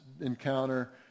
encounter